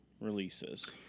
releases